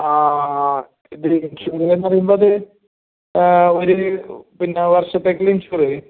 ആ ഇതിൽ ഇൻഷുർ എന്ന് പറയുമ്പം അത് ഒരു പിന്നെ വർഷത്തേക്കുള്ള ഇൻഷുർ